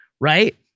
right